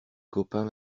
copains